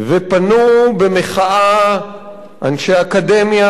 פנו במחאה אנשי אקדמיה,